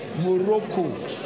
Morocco